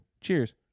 Cheers